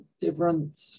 different